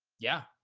yeah,